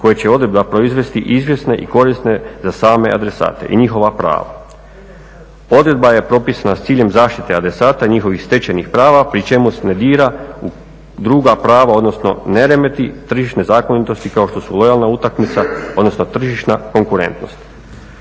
koje će odredba proizvesti izvjesne i korisne za same adresate i njihova prava. Odredba je propisa s ciljem zaštite adresata, njihovih stečenih prava pri čemu ne dira u druga prava odnosno ne remeti tržišne zakonitosti kao što su lojalna utakmica, odnosno tržišna konkurentnost.